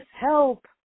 help